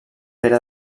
pere